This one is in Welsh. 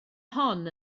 hon